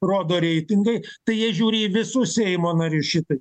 rodo reitingai tai jie žiūri į visus seimo narius šitaip